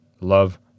love